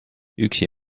üksi